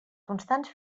constants